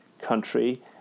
country